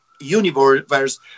universe